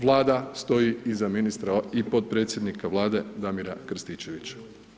Vlada stoji iza ministra i podpredsjenika Vlade Damira Krstičevića.